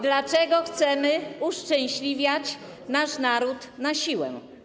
Dlaczego chcemy uszczęśliwiać nasz naród na siłę?